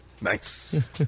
Nice